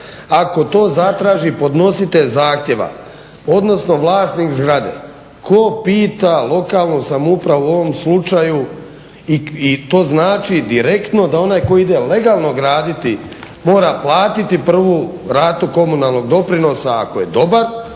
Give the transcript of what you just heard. ako to zatraži podnositelj zahtjeva odnosno vlasnik zgrade. Tko pita lokalnu samoupravu u ovom slučaju i to znači direktno da onaj koji ide legalno graditi mora platiti prvu ratu komunalnog doprinosa ako je dobar